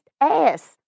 ass